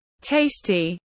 Tasty